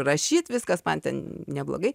rašyt viskas man ten neblogai